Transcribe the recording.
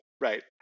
Right